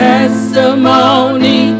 Testimony